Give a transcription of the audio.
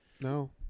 No